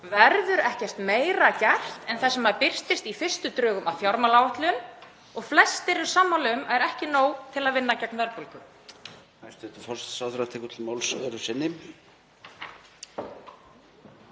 Verður ekkert meira gert en það sem birtist í fyrstu drögum að fjármálaáætlun og flestir eru sammála um að er ekki nóg til að vinna gegn verðbólgu?